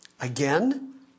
Again